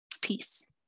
peace